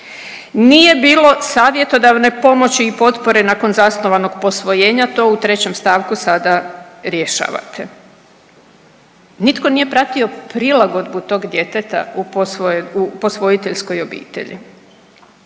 Nije bilo savjetodavne pomoći i potpore nakon zasnovanog posvojenja to u trećem stavku sada rješavate. Nitko nije pratio prilagodbu tog djeteta u posvojiteljskoj obitelji